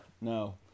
No